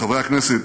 חברי הכנסת,